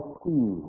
see